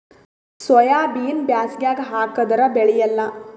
ಸೋಯಾಬಿನ ಬ್ಯಾಸಗ್ಯಾಗ ಹಾಕದರ ಬೆಳಿಯಲ್ಲಾ?